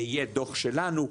ויהיה דו"ח שלנו,